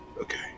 Okay